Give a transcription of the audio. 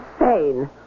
insane